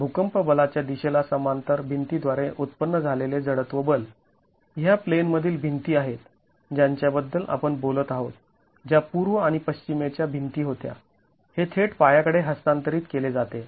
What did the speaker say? भूकंप बलाच्या दिशेला समांतर भिंती द्वारे उत्पन्न झालेले जडत्व बल ह्या प्लेनमधील भिंती आहेत ज्यांच्याबद्दल आपण बोलत आहोत ज्या पूर्व आणि पश्चिमे च्या भिंती होत्या हे थेट पाया कडे हस्तांतरित केले जाते